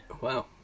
Wow